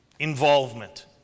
Involvement